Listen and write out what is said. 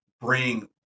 bring